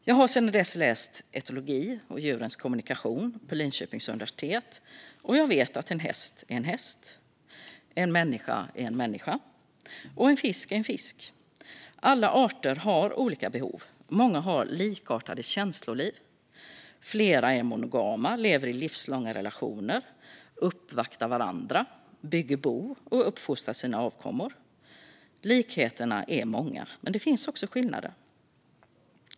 Jag har sedan dess läst etologi och djurens kommunikation på Linköpings universitet, och jag vet att en häst är en häst, en människa är en människa och en fisk är en fisk. Alla arter har olika behov. Många har likartade känsloliv. Flera är monogama, lever i livslånga relationer, uppvaktar varandra, bygger bo och uppfostrar sina avkommor. Likheterna är många, men det finns också skillnader.